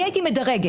אני הייתי מדרגת.